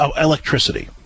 electricity